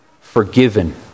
forgiven